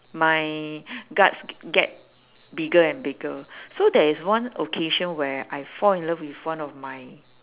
my guts get bigger and bigger so there is one occasion where I fall in love with one of my